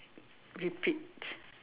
repeat